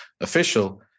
official